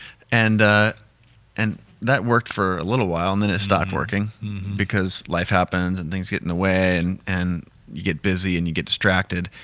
and and that worked for a little while, and then it stopped working because life happens and things get in the way in, and get busy and you get distracted.